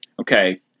Okay